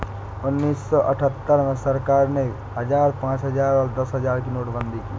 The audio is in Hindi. उन्नीस सौ अठहत्तर में सरकार ने हजार, पांच हजार, दस हजार की नोटबंदी की